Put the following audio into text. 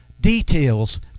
details